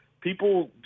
people